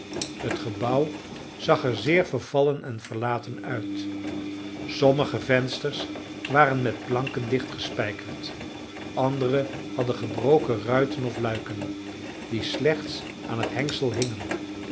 het gebouw zag er zeer vervallen en verlaten uit sommige vensters waren met planken dichtgespijkerd andere hadden gebroken ruiten of luiken die slechts aan het hengsel hingen alles